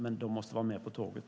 Men allt måste vara med på tåget.